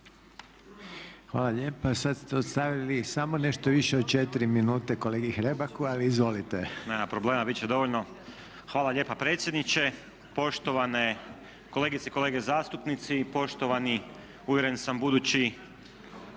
Hvala lijepa. Sad ste ostavili samo nešto više od 4 minute kolegi Hrebaku, ali izvolite. **Hrebak, Dario (HSLS)** Nema problema, bit će dovoljno. Hvala lijepa predsjedniče. Poštovane kolegice i kolege zastupnici, poštovani uvjeren sam budući